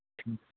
ਠੀਕ